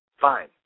Fine